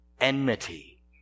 enmity